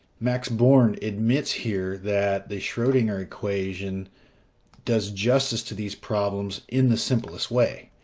max born admits here that the schrodinger equation does justice to these problems in the simplest way,